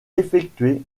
effectué